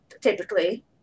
typically